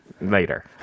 later